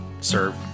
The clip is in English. serve